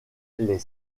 les